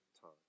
time